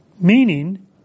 meaning